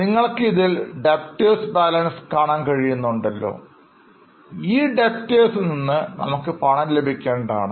നിങ്ങൾക്ക് ഇതിൽ Debtors balance കാണാൻ കഴിയുന്നുണ്ടല്ലോ ഈ Debtors ൽ നിന്ന് നമുക്ക് പണം ലഭിക്കേണ്ടതാണ്